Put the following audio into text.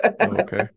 okay